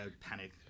panic